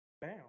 Bam